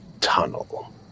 tunnel